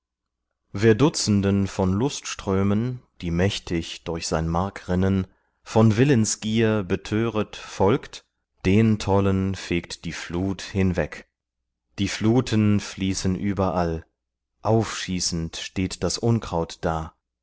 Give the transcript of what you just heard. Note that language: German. wer dutzenden von lustströmen die mächtig durch sein mark rinnen von willensgier betöret folgt den tollen fegt die flut hinweg die fluten fließen überall aufschießend steht das unkraut da